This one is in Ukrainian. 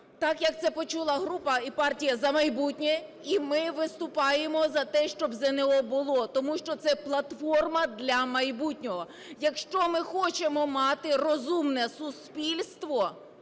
Так, як це почула група і партія "За майбутнє", і ми виступаємо за те, щоб ЗНО було, тому що це платформа для майбутнього. Якщо ми хочемо мати розумне суспільство,